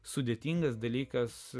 sudėtingas dalykas